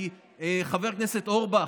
חבר הכנסת אורבך,